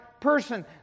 person